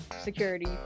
security